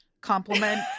compliment